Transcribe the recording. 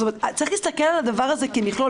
זאת אומרת, צריך להסתכל על הדבר זה כמכלול.